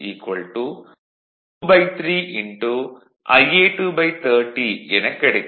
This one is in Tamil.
5Ia2 23Ia230 எனக் கிடைக்கும்